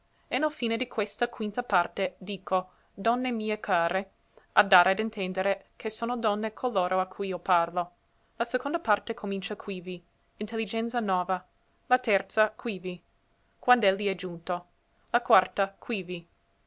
e nel fine di questa quinta parte dico donne mie care a dare ad intendere che sono donne coloro a cui io parlo la seconda parte comincia quivi intelligenza nova la terza quivi quand'elli è giunto la quarta quivi